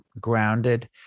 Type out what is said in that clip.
grounded